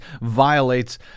violates